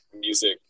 music